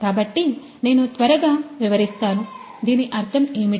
కాబట్టి నేను త్వరగా వివరిస్తాను దీని అర్థం ఏమిటి